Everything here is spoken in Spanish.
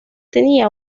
tenía